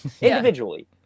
individually